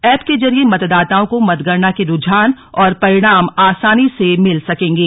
app के जरिए मतदाताओं को मतगणना के रूझान और परिणाम आसानी से मिल सकेंगे